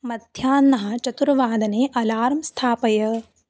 मध्याह्ने चतुर्वादने अलार्म् स्थापय